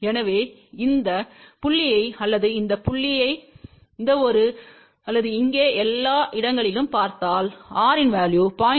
எனவே இந்த புள்ளியை அல்லது இந்த புள்ளியை அல்லது இந்த ஒரு அல்லது இங்கே எல்லா இடங்களிலும் பார்த்தால் R இன் வேல்யு 0